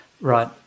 Right